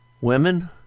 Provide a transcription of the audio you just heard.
Women